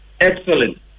excellent